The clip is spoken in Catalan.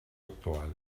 actual